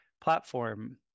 platform